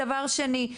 דבר שני,